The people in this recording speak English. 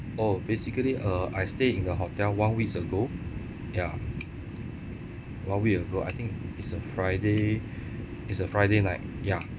oh basically uh I stay in the hotel one weeks ago ya one week ago I think it's a friday it's a friday night ya